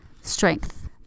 Strength